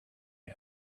him